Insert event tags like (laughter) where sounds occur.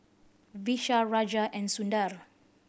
Vishal Raja and Sundar (unintelligible)